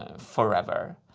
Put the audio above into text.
ah forever.